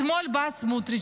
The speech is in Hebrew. אתמול בא סמוטריץ',